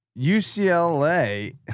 UCLA